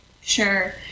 Sure